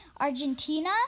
Argentina